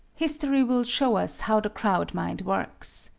history will show us how the crowd-mind works.